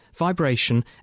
vibration